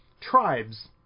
Tribes